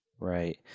Right